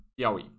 Piauí